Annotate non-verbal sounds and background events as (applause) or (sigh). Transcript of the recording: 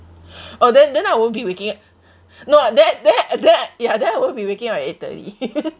oh then then I won't be waking up no then then then ya then I won't be waking up at eight thirty (laughs)